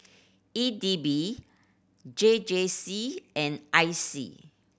E D B J J C and I C